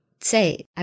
say